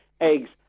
eggs